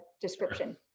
description